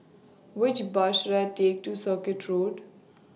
Which Bus should I Take to Circuit Road